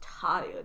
tired